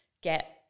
get